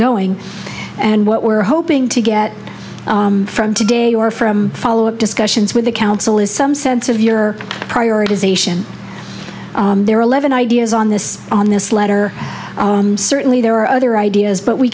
going and what we're hoping to get from today or from follow up discussions with the council is some sense of your prioritization there are eleven ideas on this on this letter certainly there are other ideas but we